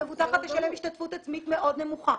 המבוטחת תשלם השתתפות עצמית מאוד נמוכה,